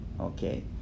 Okay